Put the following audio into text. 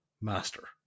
master